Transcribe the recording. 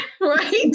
right